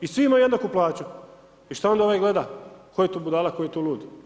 I svi imaju jednaku plaću i šta onda ovaj gleda, tko je ovdje budala, tko je tu lud.